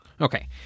Okay